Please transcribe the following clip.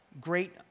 great